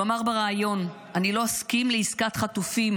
הוא אמר בריאיון: אני לא אסכים לעסקת חטופים